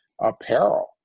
apparel